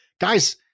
guys